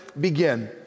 Begin